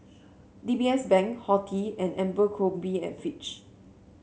D B S Bank Horti and Abercrombie and Fitch